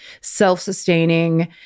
self-sustaining